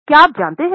क्या आप जानते है